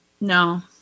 No